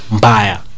buyer